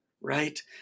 right